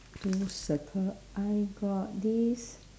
two circle I got this